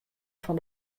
fan